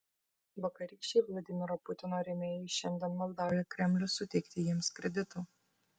vakarykščiai vladimiro putino rėmėjai šiandien maldauja kremlių suteikti jiems kreditų